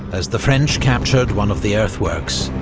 as the french captured one of the earthworks,